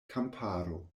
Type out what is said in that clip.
kamparo